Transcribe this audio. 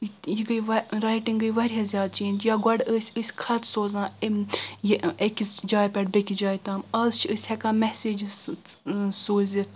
یہِ گٔے وَ ریٹنگ گٔے واریاہ زیادٕ چینج یا گۄڈٕ ٲسۍ أسۍ خط سوزان ام یہِ أکس جایہِ پٮ۪ٹھ بیٚکس جایہِ تام از چھ اس ہیٚکان میٚسیجس سوزتھ